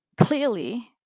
clearly